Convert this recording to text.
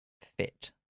fit